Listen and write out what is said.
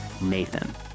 Nathan